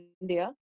India